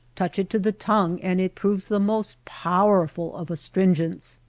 touch it to the tongue and it proves the most powerful of astringents.